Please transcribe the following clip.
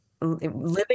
Living